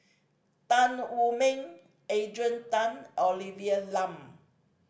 Tan Wu Meng Adrian Tan Olivia Lum